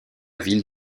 ville